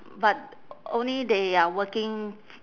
but only they are working